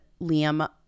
Liam